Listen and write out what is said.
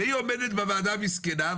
והיא עומדת בוועדה המסכנה.